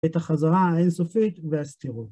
את החזרה האינסופית והסתירות.